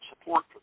support